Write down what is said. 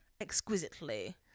Exquisitely